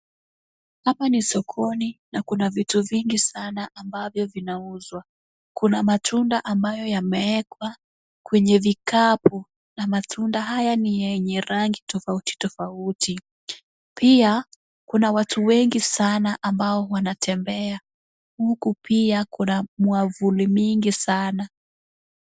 Hapa ni sokoni, na kuna vitu vingi sana ambavyo vinauzwa. Kuna matunda ambayo yameekwa kwenye vikapu, na matunda haya ni yenye rangi tofauti tofauti. Pia kuna watu wengi sana ambao wanatembea, huku pia kuna mwavuli mingi sana.